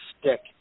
stick